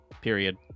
period